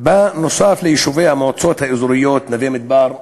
נוסף על יישובי המועצות האזוריות נווה-מדבר ואל-קסום.